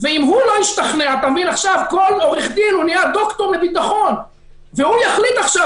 כל עורך דין הוא עכשיו דוקטור לביטחון והוא יחליט עכשיו